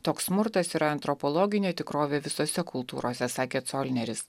toks smurtas yra antropologinė tikrovė visose kultūrose sakė colneris